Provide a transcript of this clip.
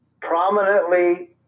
prominently